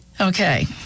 Okay